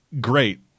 great